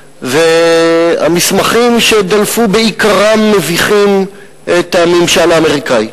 והמסמכים שדלפו בעיקרם מביכים את הממשל האמריקני,